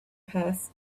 passed